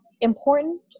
important